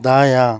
دایاں